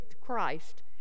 Christ